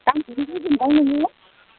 दामखौनो गिगोनखोमा नोङो